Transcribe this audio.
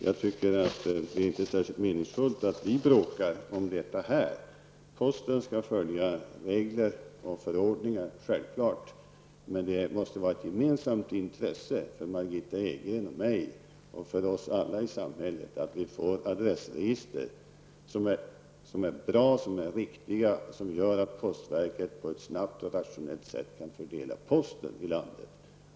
Jag tycker inte att det är särskilt meningsfullt att vi bråkar om detta här. Posten skall följa regler och förordningar, självklart. Men det måste vara ett gemensamt intresse för Margitta Edgren och mig och för alla i samhället att vi får adressregister som är bra, som är riktiga och som gör att postverket på ett snabbt och rationellt sätt kan fördela posten i landet.